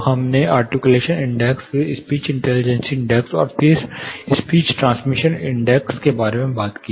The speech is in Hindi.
तो हमने आर्टिक्यूलेशन इंडेक्स फिर स्पीच इंटेलीजेंस इंडेक्स और फिर स्पीच ट्रांसमिशन इंडेक्स के बारे में बात की